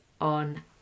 on